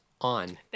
on